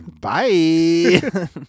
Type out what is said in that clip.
Bye